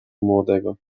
młodego